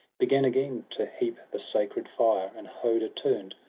began again to heap the sacred fire. and hoder turn'd,